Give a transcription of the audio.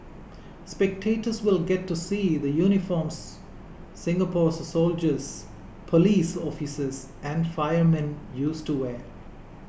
spectators will get to see the uniforms Singapore's soldiers police officers and firemen used to wear